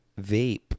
vape